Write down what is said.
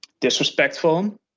disrespectful